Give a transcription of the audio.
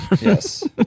Yes